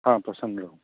हँ प्रसन्न रहू